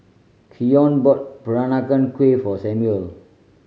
Keion bought Peranakan Kueh for Samuel